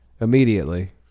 immediately